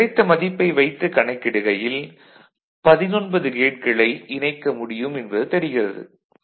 இங்கு கிடைத்த மதிப்பை வைத்து கணக்கிடுகையில் 19 கேட்களை இணைக்க முடியும் என்பது தெரிகிறது